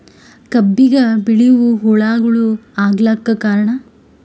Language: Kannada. ಕಬ್ಬಿಗ ಬಿಳಿವು ಹುಳಾಗಳು ಆಗಲಕ್ಕ ಕಾರಣ?